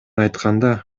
айтканда